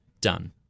done